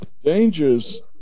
dangers